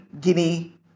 Guinea